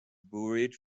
buried